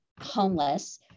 homeless